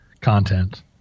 content